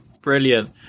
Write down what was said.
Brilliant